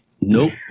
Nope